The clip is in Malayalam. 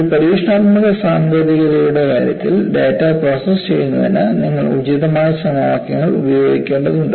ഒരു പരീക്ഷണാത്മക സാങ്കേതികതയുടെ കാര്യത്തിൽ ഡാറ്റ പ്രോസസ്സ് ചെയ്യുന്നതിന് നിങ്ങൾ ഉചിതമായ സമവാക്യങ്ങൾ ഉപയോഗിക്കേണ്ടതുണ്ട്